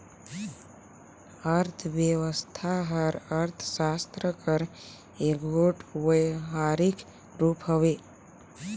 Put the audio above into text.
अर्थबेवस्था हर अर्थसास्त्र कर एगोट बेवहारिक रूप हवे